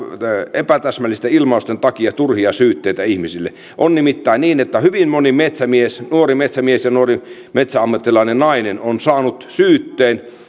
epätäsmällisten ilmausten takia turhia syytteitä ihmisille on nimittäin niin että hyvin moni metsämies nuori metsämies ja nuori metsäammattilainen nainen on saanut syytteen